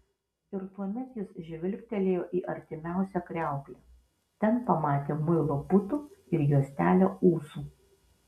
ir tuomet jis žvilgtelėjo į artimiausią kriauklę ten pamatė muilo putų ir juostelę ūsų